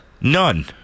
None